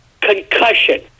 concussion